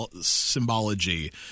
symbology